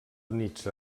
units